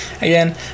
Again